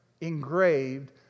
engraved